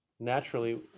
Naturally